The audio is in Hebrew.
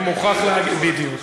בדיוק.